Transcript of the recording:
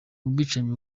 ubwicanyi